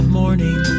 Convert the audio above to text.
morning